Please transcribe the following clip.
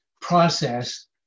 process